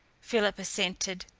philip assented,